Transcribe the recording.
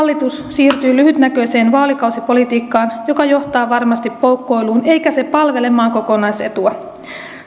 siirtyi lyhytnäköiseen vaalikausipolitiikkaan joka johtaa varmasti poukkoiluun eikä se palvele maan kokonaisetua